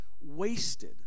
wasted